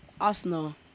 Arsenal